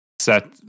set